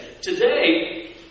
Today